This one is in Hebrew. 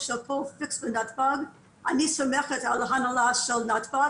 --- נתב"ג אני סומכת על ההנהלה של נתב"ג,